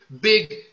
big